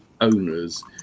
owners